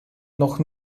noch